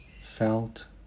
felt